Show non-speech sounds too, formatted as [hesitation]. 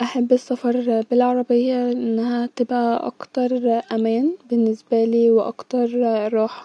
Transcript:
متاا-حف الرسم رحت كذا [hesitation] متحف رسم كانو [hesitation] بالنسبالي ممتعين-لان انا شخص [hesitation] هوايتي المفضلع الرسم بحب اتفرج علي الرسومات وازاي الناس-بتحط الخطوط بكل دقه-والرسمه بتبقي [hesitation] مفصله جدا وبتبقي زي الحقيقه